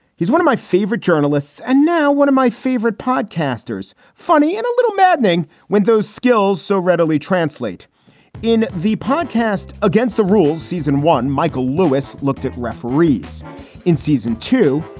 he's one of my favorite journalists. and now one of my favorite podcasters. funny and a little maddening when those skills so readily translate in the podcast. against the rules season one. michael lewis looked at referees in season two.